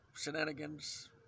shenanigans